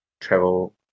travel